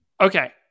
Okay